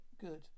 good